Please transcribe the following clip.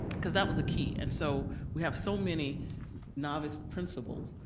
cause that was a key and so we have so many novice principals